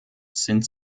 sind